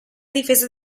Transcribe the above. difesa